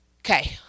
Okay